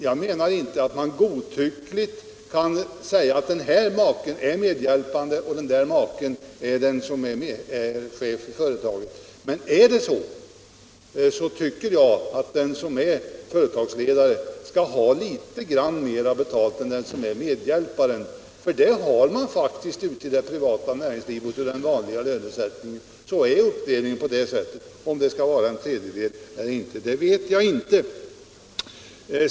Jag menar inte att man godtyckligt kan säga att den här maken är medhjälpare och den maken är chef för företaget. Men om det förhåller sig så tycker jag att den som är företagsledare skall ha litet mer betalt än den som är medhjälpare. Uppdelningen är faktiskt sådan ute i det privata näringslivet, i den vanliga lönesättningen. Om den skall vara en tredjedel eller inte vet jag inte.